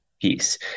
piece